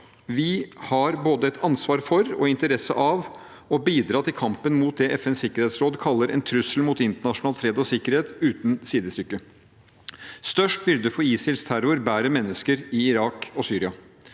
Vi har både et ansvar for og interesse av å bidra til kampen mot det FNs sikkerhetsråd kaller en trussel mot internasjonal fred og sikkerhet uten sidestykke. Størst byrde for ISILs terror bærer mennesker i Irak og Syria.